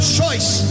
choice